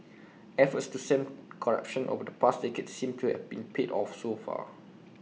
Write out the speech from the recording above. efforts to stem corruption over the past decade seem to have been paid off so far